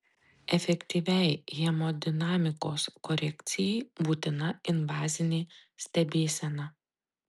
efektyviai hemodinamikos korekcijai būtina invazinė stebėsena